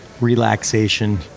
relaxation